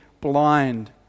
blind